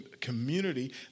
community